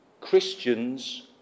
Christians